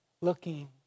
Looking